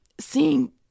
seeing